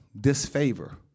disfavor